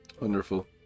Wonderful